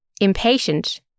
Impatient